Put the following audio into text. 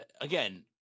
again